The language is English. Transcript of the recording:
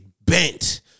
bent